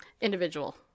individual